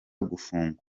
gufungwa